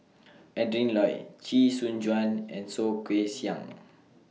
Adrin Loi Chee Soon Juan and Soh Kay Siang